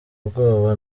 ubwoba